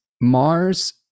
mars